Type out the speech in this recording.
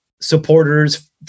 supporters